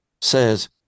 says